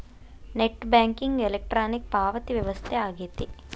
net banking electronic ಪಾವತಿ ವ್ಯವಸ್ಥೆ ಆಗೆತಿ